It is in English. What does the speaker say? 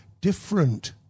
different